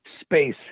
space